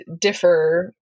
differ